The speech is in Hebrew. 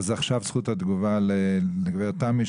אז עכשיו זכות התגובה לגברת תמי,